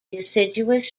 deciduous